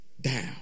down